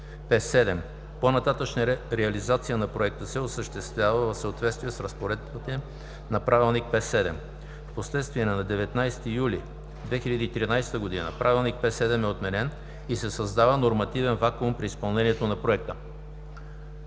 П-7. По-нататъшната реализация на проекта се осъществява в съответствие с разпоредбите на правилник П-7. В последствие на 19 юли 2013 г. правилник П-7 е отменен и се създава нормативен вакуум при изпълнението на Проекта.